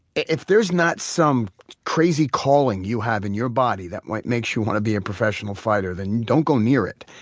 if there's not some crazy calling you have in your body that makes you want to be a professional fighter, then don't go near it.